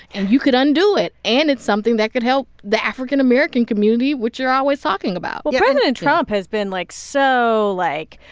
and you could undo it. and it's something that could help the african-american african-american community, which you're always talking about well, president trump has been, like, so, like,